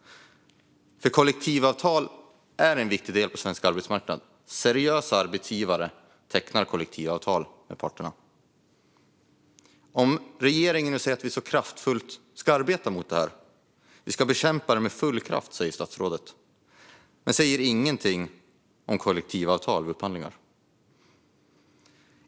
Kollektivavtal är viktigt på svensk arbetsmarknad, och seriösa arbetsgivare tecknar kollektivavtal. Statsrådet säger att man ska bekämpa arbetslivskriminalitet med full kraft men säger inget om kollektivavtal vid upphandling.